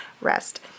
rest